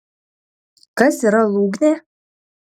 kas yra lūgnė